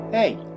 Hey